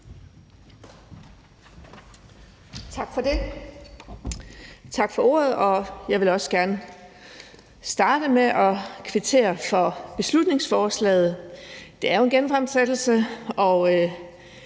Tak for det. Tak for ordet. Jeg vil også gerne starte med at kvittere for beslutningsforslaget. Det er jo en genfremsættelse, og